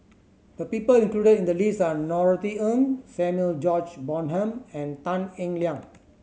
the people included in the list are Norothy Ng Samuel George Bonham and Tan Eng Liang